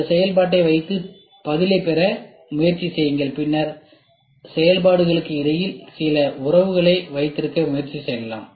அந்த செயல்பாட்டை வைத்து பதிலைப் பெற்று அல்லது செயல்பாடுகளுக்கு இடையில் சில உறவுகளை வைத்திருக்க முயற்சி செய்யலாம்